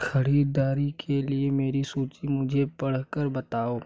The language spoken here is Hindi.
ख़रीददारी के लिए मेरी सूची मुझे पढ़ कर बताओ